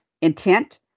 intent